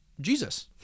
jesus